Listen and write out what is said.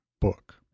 book